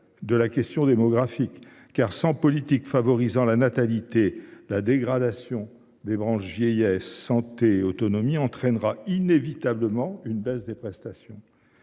de la question démographique, car sans politique favorisant la natalité, la dégradation des recettes des branches vieillesse, santé et autonomie entraînera inévitablement une baisse des prestations.